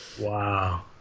Wow